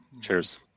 Cheers